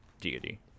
deity